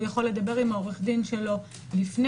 הוא יכול לדבר עם עורך הדין שלו לפני,